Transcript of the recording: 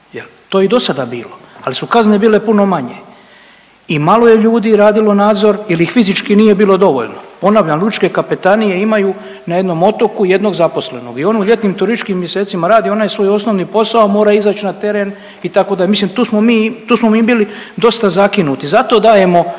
To je i do sada bilo, ali su kazne bile puno manje i malo je ljudi radilo nadzor jer ih fizički nije bilo dovoljno. Ponavljam, lučke kapetanije imaju na jednom otoku jednog zaposlenog i ono u ljetnim turističkim mjesecima rad onaj svoj osnovni posao mora izać na teren itd., mislim tu smo mi bili dosta zakinuti zato dajemo